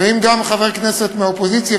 וגם אם חבר כנסת מהאופוזיציה,